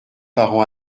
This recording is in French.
parents